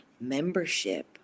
membership